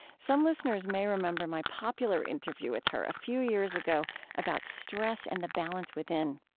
some listeners may remember my popular interview with her a few years ago about stress and the balance within.